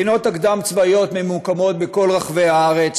המכינות הקדם-צבאיות ממוקמות בכל רחבי הארץ,